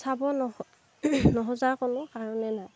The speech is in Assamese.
চাব নোখোজাৰ কোনো কাৰণেই নাই